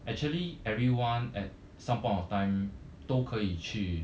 actually everyone at some point of time 都可以去